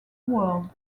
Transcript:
world